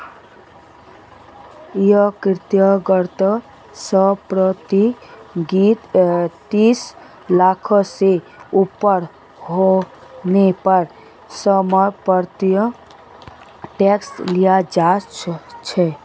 व्यक्तिगत संपत्ति तीस लाख से ऊपर हले पर समपत्तिर टैक्स लियाल जा छे